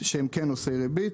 שהם כן נושאי ריבית,